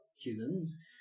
humans